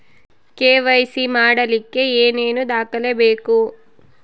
KYC ಮಾಡಲಿಕ್ಕೆ ಏನೇನು ದಾಖಲೆಬೇಕು?